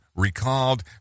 recalled